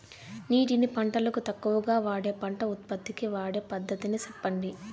నీటిని పంటలకు తక్కువగా వాడే పంట ఉత్పత్తికి వాడే పద్ధతిని సెప్పండి?